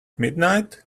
midnight